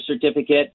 certificate